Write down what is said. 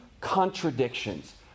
contradictions